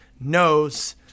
knows